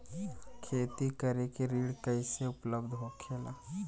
खेती करे के ऋण कैसे उपलब्ध होखेला?